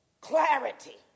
clarity